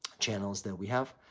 channels that we have.